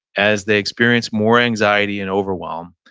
as they experience more anxiety and overwhelm.